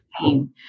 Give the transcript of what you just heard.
pain